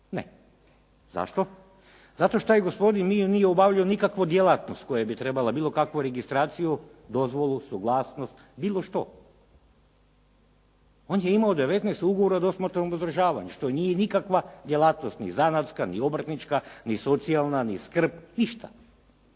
Ne. Zašto? Zato što je gospodin nije obavljao nikakvu djelatnost koja bi trebala bilo kakvu registraciju, dozvolu, suglasnost bilo što. On je imao 19 ugovora o dosmrtnom uzdržavanju, što nije nikakva djelatnost. Ni zanatska, ni obrtnička, ni socijalna, ni skrb. Ništa.